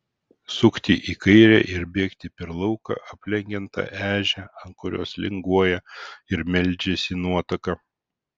sukti į kairę ir bėgti per lauką aplenkiant tą ežią ant kurios linguoja ir meldžiasi nuotaka